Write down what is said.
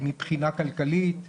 בישראל מתדרדרות כתוצאה מפעילות האדם,